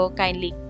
kindly